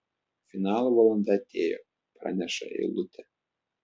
finalo valanda atėjo praneša eilutė